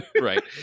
right